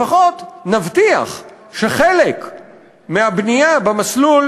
לפחות נבטיח שחלק מהבנייה במסלול